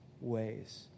ways